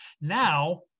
now